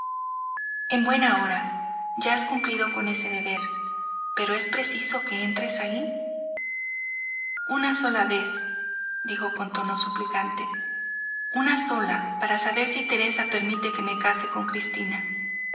en buen hora ya has cumplido con ese deber pero es preciso que entres ahí una vez sola dijo en tono suplicante una sola para saber si teresa permite que me case con cristina